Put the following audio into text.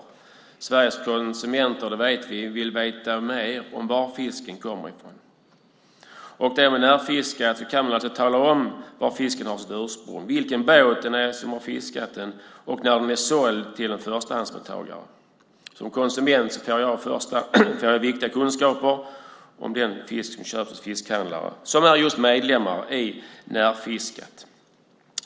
Vi vet att Sveriges konsumenter vill veta mer om var fisken kommer ifrån. Med Närfiskat kan man tala om var fisken har sitt ursprung, vilken båt det är som har fiskat den och när den är såld till en förstahandsmottagare. Som konsument får man viktiga kunskaper om den fisk man köper hos fiskhandlare som är medlemmar i Närfiskat.